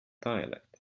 dialect